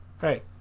Hey